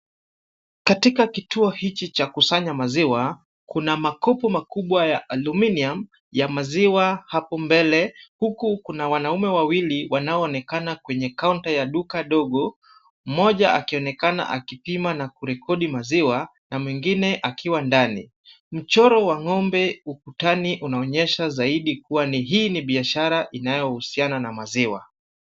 Katika kituo hiki cha kusanya maziwa, kuna makopo makubwa ya aluminium ya maziwa hapo mbele, huku kuna wanaume wawili wanaoonekana kwenye counter ya duka dogo, mmoja akionekana akipima na kurekodi maziwa na mwingine akiwa ndani. Mchoro wa ng'ombe ukutani unaonyesha zaidi kuwa hii ni biashara inayohusiana na maziwa.